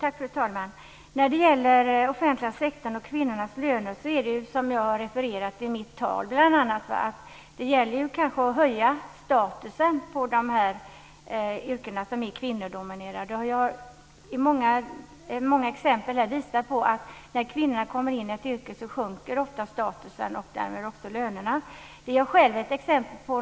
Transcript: Fru talman! När det gäller den offentliga sektorn och kvinnornas löner är det som jag sade i mitt anförande, att det gäller att höja statusen på de kvinnodominerade yrkena. Många exempel visar att när kvinnor kommer in i ett yrke sjunker ofta statusen och därmed också lönerna.